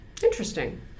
Interesting